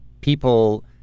people